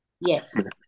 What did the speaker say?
Yes